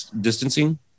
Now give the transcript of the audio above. distancing